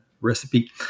recipe